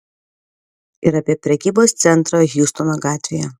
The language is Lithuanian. ir apie prekybos centrą hjustono gatvėje